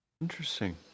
interesting